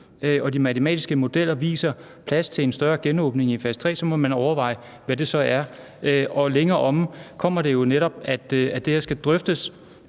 og de matematiske modeller viser plads til en større genåbning i fase tre, må man overveje, hvad det så er. Længere fremme står det jo netop, at for hver fase skal det drøftes